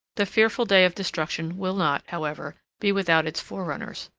the fearful day of destruction will not, however, be without its forerunners.